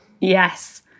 Yes